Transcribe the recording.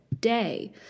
day